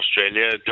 Australia